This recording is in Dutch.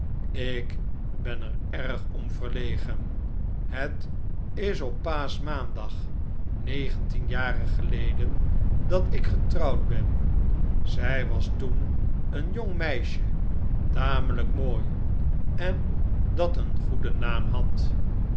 ik ben er erg om verlegen het is op paaschmaandag negentien jaren geleden dat ik getrouwd ben zij was toen een jong meisje tamelijk mooi en dat een goeden naam had